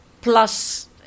plus